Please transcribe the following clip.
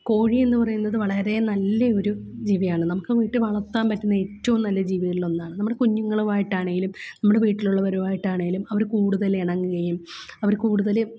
കോഴി എന്ന് പറയുന്നത് വളരെ നല്ല ഒരു ജീവിയാണ് നമുക്ക് വീട്ടില് വളര്ത്താൻ പറ്റുന്ന ഏറ്റവും നല്ല ജീവികളിലൊന്നാണ് നമ്മുടെ കുഞ്ഞുങ്ങളുമായിട്ടാണേലും നമ്മുടെ വീട്ടിലുള്ളവരുമായിട്ടാണേലും അവര് കൂടുതല് ഇണങ്ങുകയും അവര് കൂടുതല്